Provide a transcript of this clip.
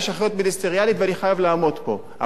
יש אחריות מיניסטריאלית ואני חייב לעמוד פה.